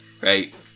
right